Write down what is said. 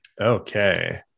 Okay